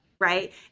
right